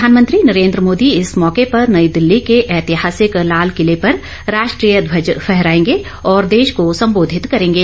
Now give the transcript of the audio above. प्रधानमंत्री नरेद्र मोदी इस मौके पर नई दिल्ली के ऐतिहासिक लाल किले पर राष्ट्रीय ध्वज फहराएंगे और देश को सम्बोधित करेंगे